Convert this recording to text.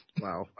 Wow